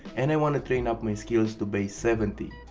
and i wanna train up my skills to base seventy.